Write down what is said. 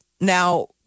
Now